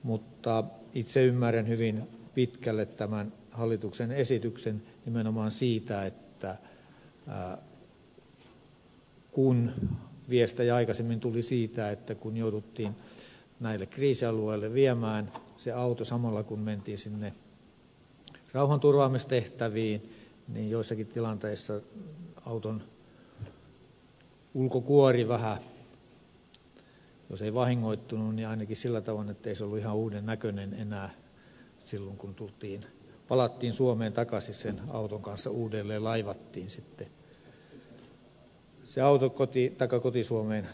mutta itse ymmärrän hyvin pitkälle tämän hallituksen esityksen nimenomaan siitä johtuvaksi että viestejä aikaisemmin tuli siitä että kun jouduttiin näille kriisialueille viemään se auto samalla kun mentiin sinne rauhanturvaamistehtäviin niin joissakin tilanteissa auton ulkokuori jos ei vahingoittunut niin ainakin kävi vähän sillä tavoin ettei se ollut ihan uuden näköinen enää silloin kun palattiin suomeen takaisin sen auton kanssa uudelleen laivattiin sitten auto koti suomeen tuotavaksi